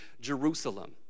Jerusalem